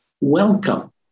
Welcome